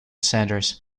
centres